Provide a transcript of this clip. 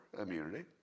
immunity